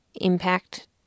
impact